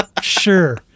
Sure